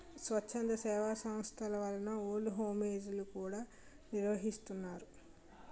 స్వచ్ఛంద సేవా సంస్థల వలన ఓల్డ్ హోమ్ ఏజ్ లు కూడా నిర్వహిస్తున్నారు